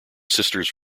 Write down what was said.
sisters